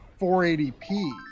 480p